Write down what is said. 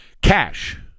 cash